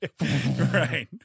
Right